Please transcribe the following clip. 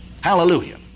Hallelujah